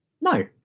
no